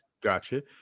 Gotcha